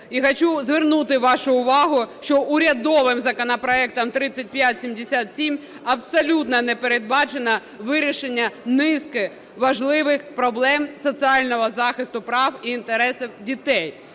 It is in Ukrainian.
І хочу звернути вашу увагу, що урядовим законопроектом 3577 абсолютно не передбачено вирішення низки важливих проблем соціального захисту прав і інтересів дітей.